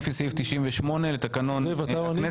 חברים, ינון אזולאי וטור פז, שרון בנימוק עכשיו.